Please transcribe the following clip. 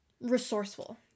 resourceful